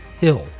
Hill